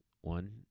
One